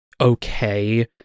okay